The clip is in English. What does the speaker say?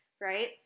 right